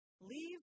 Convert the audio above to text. leave